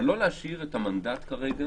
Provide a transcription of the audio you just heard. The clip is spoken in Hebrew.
אבל לא להשאיר את המנדט כרגע